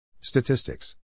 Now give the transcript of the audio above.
Statistics